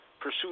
pursue